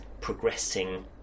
progressing